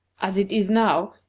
as it is now,